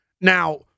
Now